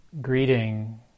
greeting